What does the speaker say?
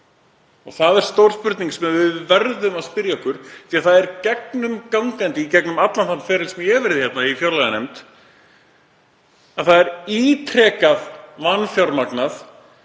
Þetta er stór spurning sem við verðum að spyrja okkur því það er gegnumgangandi í gegnum allan þann feril sem ég hef verið í fjárlaganefnd að það er ítrekað vanfjármagnað.